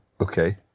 Okay